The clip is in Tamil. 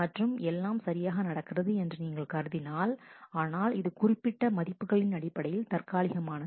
மற்றும் எல்லாம் சரியாக நடக்கிறது என்று நீங்கள் கருதினால் ஆனால் இது குறிப்பிட்ட மதிப்புகளின் அடிப்படையில் தற்காலிகமானது